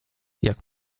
jak